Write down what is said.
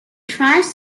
tries